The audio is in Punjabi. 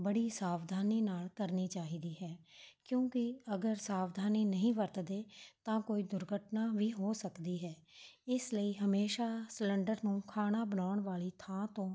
ਬੜੀ ਸਾਵਧਾਨੀ ਨਾਲ਼ ਕਰਨੀ ਚਾਹੀਦੀ ਹੈ ਕਿਉਂਕਿ ਅਗਰ ਸਾਵਧਾਨੀ ਨਹੀਂ ਵਰਤਦੇ ਤਾਂ ਕੋਈ ਦੁਰਘਟਨਾ ਵੀ ਹੋ ਸਕਦੀ ਹੈ ਇਸ ਲਈ ਹਮੇਸ਼ਾ ਸਿਲੰਡਰ ਨੂੰ ਖਾਣਾ ਬਣਾਉਣ ਵਾਲੀ ਥਾਂ ਤੋਂ